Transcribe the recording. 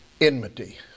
enmity